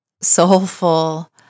soulful